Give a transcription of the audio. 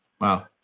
Wow